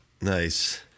Nice